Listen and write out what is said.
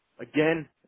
Again